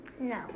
No